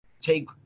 take